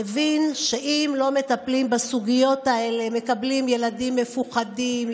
מבין שאם לא מטפלים בסוגיות האלה מקבלים ילדים מפוחדים,